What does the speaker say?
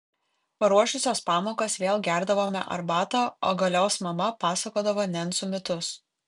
paruošusios pamokas vėl gerdavome arbatą o galios mama pasakodavo nencų mitus